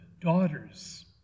daughters